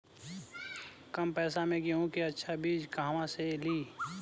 कम पैसा में गेहूं के अच्छा बिज कहवा से ली?